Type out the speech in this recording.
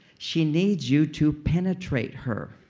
she needs you to penetrate her.